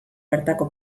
bertako